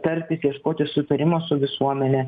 tartis ieškoti sutarimo su visuomene